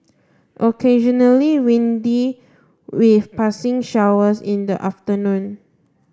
occasionally windy with passing showers in the afternoon